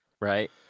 right